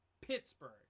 Pittsburgh